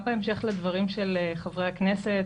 גם בהמשך לדברים של חברי הכנסת,